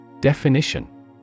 Definition